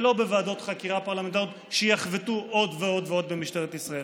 ולא בוועדות חקירה פרלמנטריות שיחבטו עוד ועוד ועוד במשטרת ישראל.